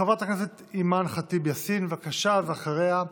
חברת הכנסת אימאן ח'טיב יאסין, בבקשה, ואחריה,